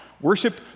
Worship